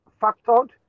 factored